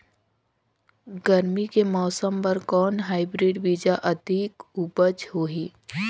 गरमी के मौसम बर कौन हाईब्रिड बीजा अधिक उपज होही?